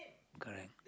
correct